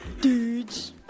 dudes